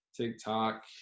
TikTok